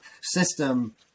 system